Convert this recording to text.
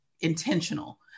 intentional